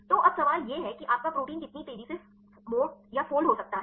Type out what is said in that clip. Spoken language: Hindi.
तो अब सवाल यह है कि आपका प्रोटीन कितनी तेजी से मोड़फोल्ड हो सकता है